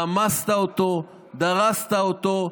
רמסת אותו, דרסת אותו.